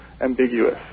ambiguous